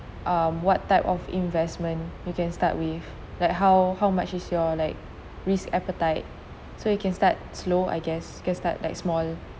um what type of investment you can start with like how how much is your like risk appetite so you can start slow I guess can start like small